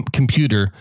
computer